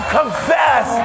confess